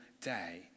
day